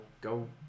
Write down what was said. Go